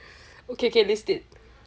okay K list it